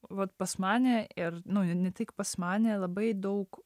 vat pas mane ir nu ne tik pas mane labai daug